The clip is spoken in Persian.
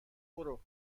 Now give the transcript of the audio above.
برو